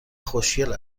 خوشگل